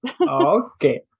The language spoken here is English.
Okay